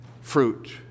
fruit